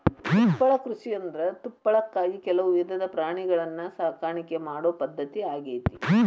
ತುಪ್ಪಳ ಕೃಷಿಯಂದ್ರ ತುಪ್ಪಳಕ್ಕಾಗಿ ಕೆಲವು ವಿಧದ ಪ್ರಾಣಿಗಳನ್ನ ಸಾಕಾಣಿಕೆ ಮಾಡೋ ಪದ್ಧತಿ ಆಗೇತಿ